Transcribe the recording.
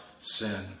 sin